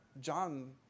John